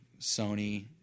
Sony